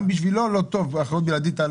גם בשבילו לא טוב שתהיה עליו אחריות בלעדית.